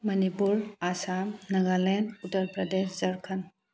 Manipur Assam Nagaland Uttar Pradesh Jharkhand